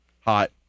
Hot